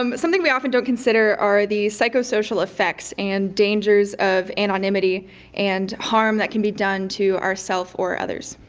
um something we often don't consider are the psychosocial effects and dangers of anonymity and harm that can be done to our self or others.